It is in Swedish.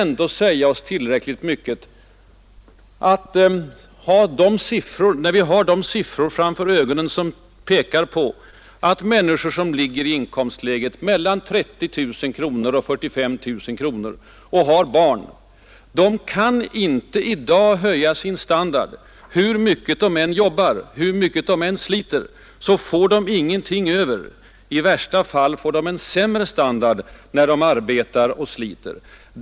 När vi har siffror som visar att människor som ligger i inkomstläget mellan 30 000 och 45 000 kronor och har barn i dag inte kan höja sin levnadsstandard hur mycket de än jobbar, hur mycket de än sliter, så borde väl detta säga oss mera än bilderna från de fyllda butikerna. I värsta fall får de människor jag tänker på en sämre standard, hur de än arbetar och sliter.